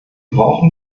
brauchen